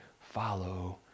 follow